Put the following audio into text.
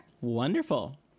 wonderful